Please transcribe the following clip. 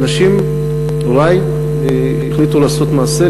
הורי החליטו לעשות מעשה,